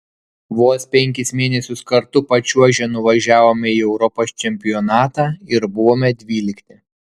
vos penkis mėnesius kartu pačiuožę nuvažiavome į europos čempionatą ir buvome dvylikti